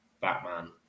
Batman